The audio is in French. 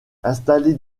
installer